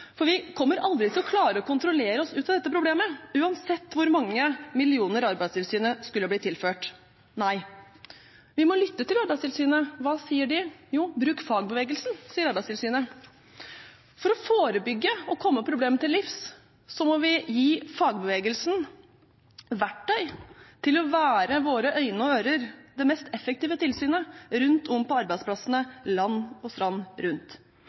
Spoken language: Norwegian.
For vi kommer aldri til å klare å kontrollere oss ut av dette problemet, uansett hvor mange millioner Arbeidstilsynet skulle bli tilført. Nei, vi må lytte til Arbeidstilsynet! Hva sier de? Jo: Bruk fagbevegelsen, sier Arbeidstilsynet. For å forebygge og komme problemet til livs må vi gi fagbevegelsen verktøy til å være våre øyne og ører – det mest effektive tilsynet rundt om på arbeidsplassene land og strand rundt.